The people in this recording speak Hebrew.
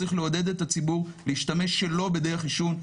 צריך לעודד את הציבור להשתמש שלא בדרך עישון,